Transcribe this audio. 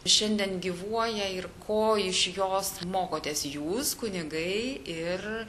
šiandien gyvuoja ir ko iš jos mokotės jūs kunigai ir